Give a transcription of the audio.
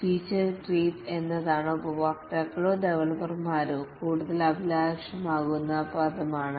feature creep എന്നത് ഉപഭോക്താക്കളോ ഡവലപ്പർമാരോ കൂടുതൽ അഭിലാഷമാകുന്ന പദമാണ്